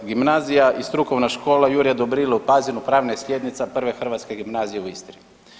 Gimnazija i strukovna škola Jurje Dobrile u Pazinu pravna je slijednica prve hrvatske gimnazije u Istri.